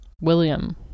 William